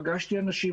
פגשתי אנשים,